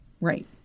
Right